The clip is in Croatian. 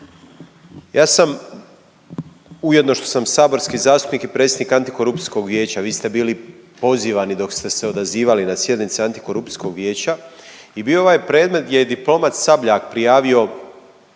Ja sam ujedno što sam i saborski zastupnik i predsjednik Antikorupcijskog vijeća, vi ste bili pozivani dok ste se odazivali na sjednice Antikorupcijskog vijeća i bio je ovaj predmet gdje je diplomat Sabljak prijavio